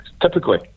Typically